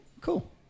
Cool